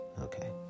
Okay